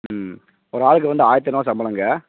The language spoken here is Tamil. ம் ஒரு ஆளுக்கு வந்து ஆயிரத்து ஐந்நூறுரூவா சம்பளங்க